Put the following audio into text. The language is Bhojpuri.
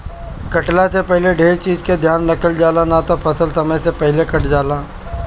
कटला से पहिले ढेर चीज के ध्यान रखल जाला, ना त फसल समय से पहिले कटा जाला